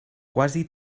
quasi